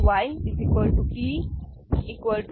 Y X Y L X'